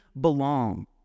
belong